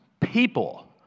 people